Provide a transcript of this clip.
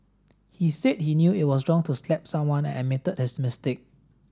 he said he knew it was wrong to slap someone and admitted his mistake